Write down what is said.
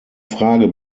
frage